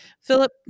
Philip